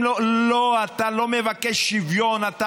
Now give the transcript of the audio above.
מבקשים שוויון, מבקשים שלום.